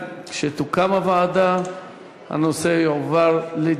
ההצעה להעביר את